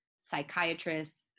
psychiatrists